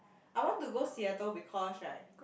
I want to go Seattle because right